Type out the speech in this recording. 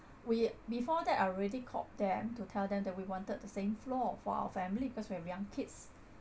we before that I already called them to tell them that we wanted the same floor for our family cause we have young kids